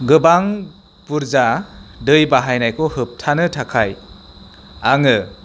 गोबां बुरजा दै बाहायनायखौ होब्थानो थाखाय आंङो